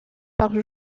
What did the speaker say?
par